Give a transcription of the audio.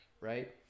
right